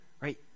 right